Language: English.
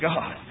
God